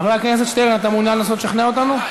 חבר הכנסת שטרן, מעוניין לנסות לשכנע אותנו?